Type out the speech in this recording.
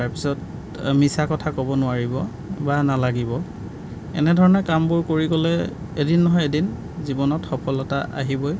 তাৰপিছত মিছা কথা ক'ব নোৱাৰিব বা নালাগিব এনেধৰণে কামবোৰ কৰি গ'লে এদিন নহয় এদিন জীৱনত সফলতা আহিবই